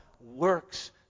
works